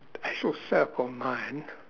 I shall circle mine